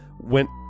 went